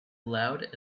loud